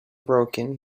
broken